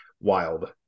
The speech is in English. Wild